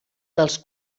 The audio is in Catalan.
dels